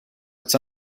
its